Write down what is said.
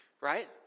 right